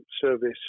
service